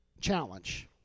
challenge